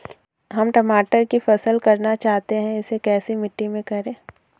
हम टमाटर की फसल करना चाहते हैं इसे कैसी मिट्टी में करें?